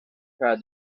proud